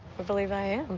believe i am.